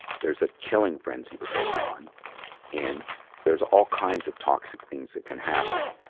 there's a killing frenzy that goes on and there's all kinds of toxic things that can happen.